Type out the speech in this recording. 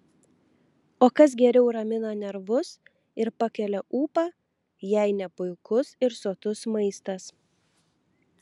o kas geriau ramina nervus ir pakelia ūpą jei ne puikus ir sotus maistas